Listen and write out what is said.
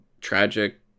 tragic